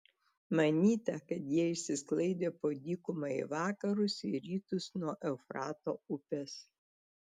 manyta kad jie išsisklaidė po dykumą į vakarus ir rytus nuo eufrato upės